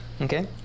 okay